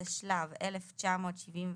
התשל"ו-1975,